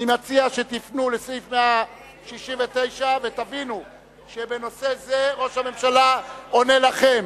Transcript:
אני מציע שתפנו לסעיף 169 ותבינו שבנושא זה ראש הממשלה עונה לכם.